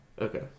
Okay